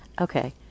Okay